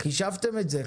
חישבתם את זה,